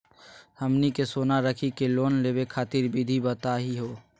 हमनी के सोना रखी के लोन लेवे खातीर विधि बताही हो?